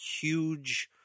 huge